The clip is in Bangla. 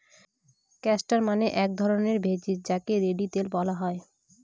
ক্যাস্টর মানে এক ধরণের ভেষজ যাকে রেড়ি তেল বলা হয়